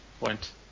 point